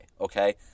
okay